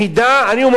אני מודיע לך,